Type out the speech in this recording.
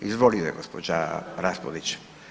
Izvolite, gospođa Raspudić.